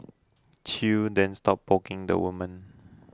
chew then stopped poking the woman